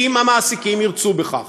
אם המעסיקים ירצו בכך.